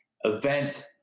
event